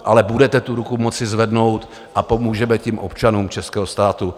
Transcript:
Ale budete tu ruku moct zvednout a pomůžeme tím občanům českého státu.